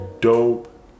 dope